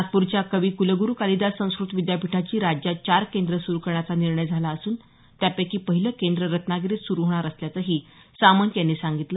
नागपूरच्या कवि कुलगुरू कालिदास संस्क्रत विद्यापीठाची राज्यात चार केंद्र सुरू करण्याचा निर्णय झाला असून त्यापैकी पहिलं केंद्र रत्नागिरीत सुरू होणार असल्याचंही सामंत यांनी सांगितलं